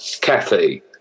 Kathy